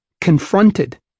confronted